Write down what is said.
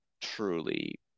truly